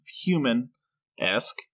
human-esque